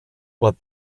but